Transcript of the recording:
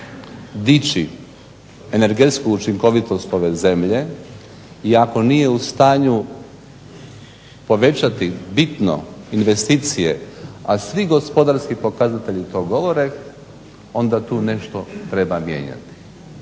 dići energetsku učinkovitost ove zemlje i ako nije u stanju povećati bitno investicije, a svi gospodarski pokazatelji to govore, onda tu nešto treba mijenjati.